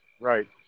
right